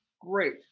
Great